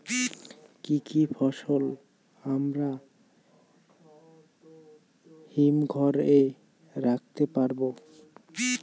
কি কি ফসল আমরা হিমঘর এ রাখতে পারব?